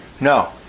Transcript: No